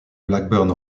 blackburn